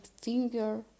finger